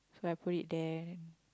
so I put it there